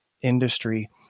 industry